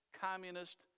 communist